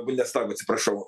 bundestago atsiprašau